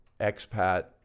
expat